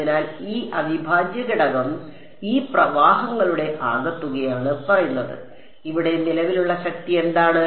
അതിനാൽ ഈ അവിഭാജ്യഘടകം ഈ പ്രവാഹങ്ങളുടെ ആകെത്തുകയാണ് പറയുന്നത് ഇവിടെ നിലവിലുള്ള ശക്തി എന്താണ്